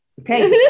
Okay